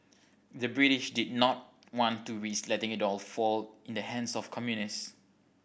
the British did not want to risk letting it all fall in the hands of communists